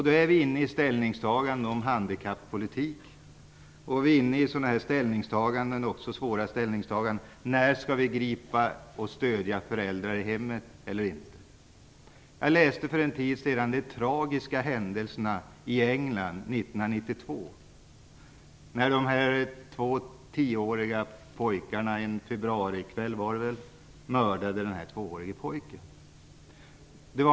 Då är vi inne på ställningstaganden vad gäller handikappolitik, och vi är inne på svåra ställningstaganden i fråga om vi skall stödja föräldrar i hemmet eller inte. För en tid sedan läste jag om de tragiska händelserna i England 1992. Två tioåriga pojkar mördade - jag tror att det var en februarikväll - en tvåårig pojke.